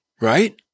right